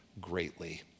greatly